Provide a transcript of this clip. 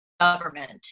government